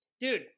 Dude